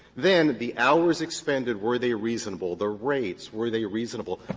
then the hours expended, were they reasonable, the rates, were they reasonable.